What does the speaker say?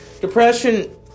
Depression